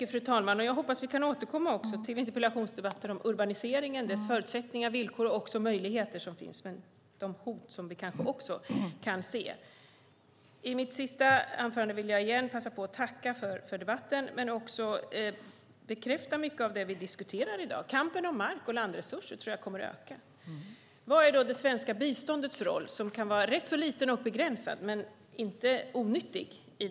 Fru talman! Jag hoppas att vi också kan återkomma till interpellationsdebatter om urbaniseringen, dess förutsättningar, villkor och de möjligheter som finns, liksom de hot som vi kanske också kan se. I mitt sista anförande vill jag igen passa på att tacka för debatten men också bekräfta mycket av det vi diskuterar i dag. Kampen om mark och landresurser tror jag kommer att öka. Vad är då det svenska biståndets roll, som kan vara rätt liten och begränsad men inte onyttig?